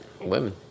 Women